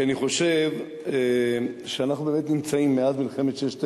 כי אני חושב שאנחנו באמת נמצאים מאז מלחמת ששת